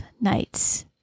nights